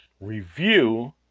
review